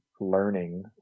learning